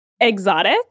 Exotic